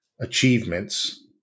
achievements